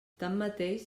tanmateix